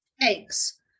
eggs